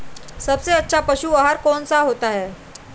सबसे अच्छा पशु आहार कौन सा होता है?